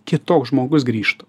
kitoks žmogus grįžtų